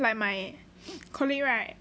like my colleague right